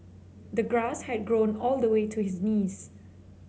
the grass had grown all the way to his knees